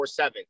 24-7